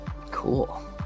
cool